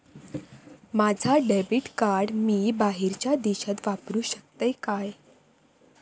माझा debit card मी बाहेरच्या देशात वापरू शकतय काय?